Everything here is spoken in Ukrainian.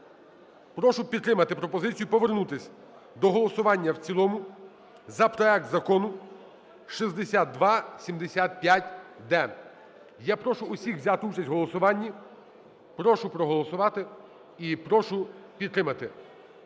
прошу підтримати пропозицію повернутися до голосування в цілому за проект Закону 6275-д. Я прошу всіх взяти участь у голосуванні, прошу проголосувати і прошу підтримати.